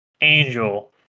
angel